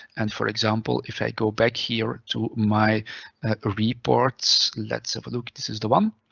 and for example, if i go back here to my reports, let's have a look. this is the one,